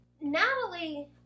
Natalie